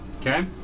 Okay